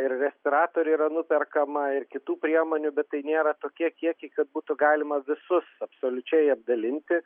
ir respiratorių yra nuperkama ir kitų priemonių bet tai nėra tokie kiekiai kad būtų galima visus absoliučiai apdalinti